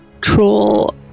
troll